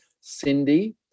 Cindy